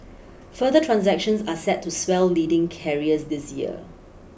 further transactions are set to swell leading carriers this year